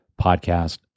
podcast